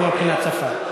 זה לא נכון מבחינת השפה.